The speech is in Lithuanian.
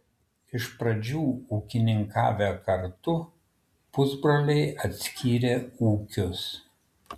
iš pradžių ūkininkavę kartu pusbroliai atskyrė ūkius